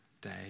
day